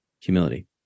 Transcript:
humility